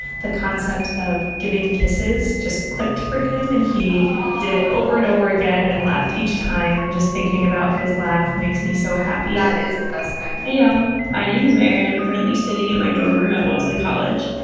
the concept of giving kisses just clicked for him. and he did it over and over again and laughed each time. and just thinking about his laugh makes me so happy that is the best thing hey y'all. yeah my name is mary and i'm currently sitting in my dorm room at wellesley college.